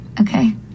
okay